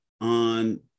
on